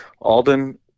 Alden